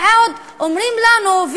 ועוד אומרים לנו,